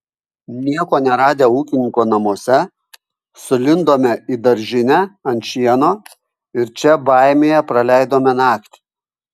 nieko neradę ūkininko namuose sulindome į daržinę ant šieno ir čia baimėje praleidome naktį